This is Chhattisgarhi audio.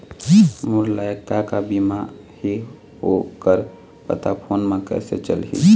मोर लायक का का बीमा ही ओ कर पता फ़ोन म कइसे चलही?